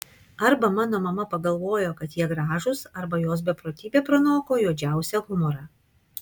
arba mano mama pagalvojo kad jie gražūs arba jos beprotybė pranoko juodžiausią humorą